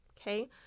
okay